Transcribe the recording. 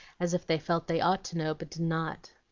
as if they felt they ought to know, but did not.